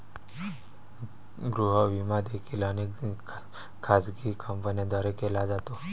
गृह विमा देखील अनेक खाजगी कंपन्यांद्वारे केला जातो